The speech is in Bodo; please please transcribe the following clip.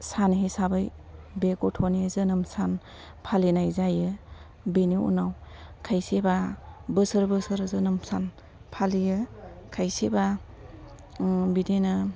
सान हिसाबै बे गथ'नि जोनोम सान फालिनाय जायो बिनि उनाव खायसेबा बोसोर बोसोर जोनोम सान फालियो खायसेबा बिदिनो